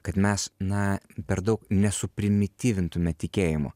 kad mes na per daug nesuprimityvintume tikėjimo